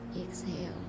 exhale